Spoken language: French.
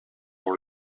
dans